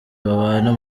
babana